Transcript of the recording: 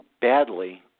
badly